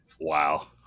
Wow